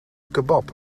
kebab